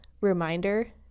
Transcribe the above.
reminder